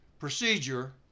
Procedure